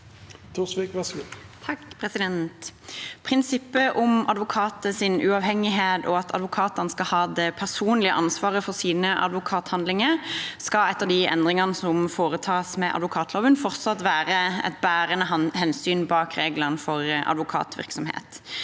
Prinsip- pet om advokaters uavhengighet og at advokatene skal ha det personlige ansvaret for sine advokathandlinger, skal etter de endringene som foretas med advokatloven, fortsatt være et bærende hensyn bak reglene for advokatvirksomhet.